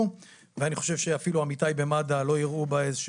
וכל הדברים האלה.